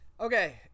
Okay